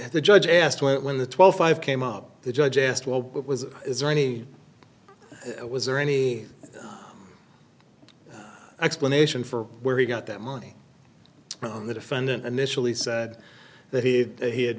the judge asked when the twelve five came up the judge asked what was is there any was there any explanation for where he got that money from the defendant initially said that he that he had